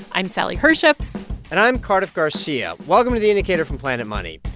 i'm sally herships and i'm cardiff garcia. welcome to the indicator from planet money.